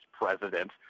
president